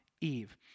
Eve